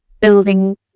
building